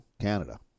Canada